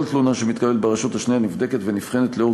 כל תלונה שמתקבלת ברשות השנייה נבדקת ונבחנת לאור